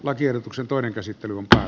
lakiehdotuksen toinen käsittely ja